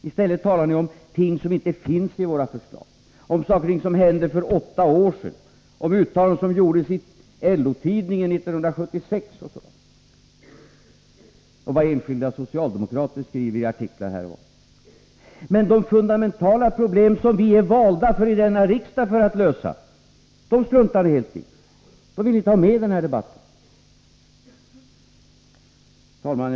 I stället talar ni om sådant som inte finns i våra förslag, om saker och ting som hände för åtta år sedan, om uttalanden som gjordes i LO-tidningen 1976 och om vad enskilda socialdemokrater skrivit i artiklar här och var. Men de fundamentala problem som vi är valda för att i denna riksdag lösa, dem struntar ni helt i. Dem vill ni inte ha med i den här debatten. Fru talman!